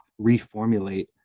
reformulate